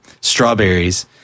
strawberries